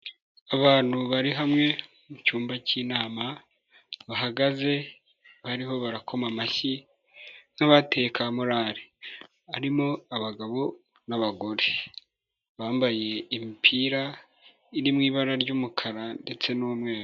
Abantu bari hamwe mu cyumba cy'inama bahagaze bariho barakoma amashyi nk'abateye ka morare harimo abagabo n'abagore, bambaye imipira iri mu ibara ry'umukara ndetse n'umweru.